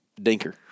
dinker